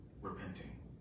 repenting